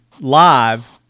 live